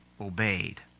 obeyed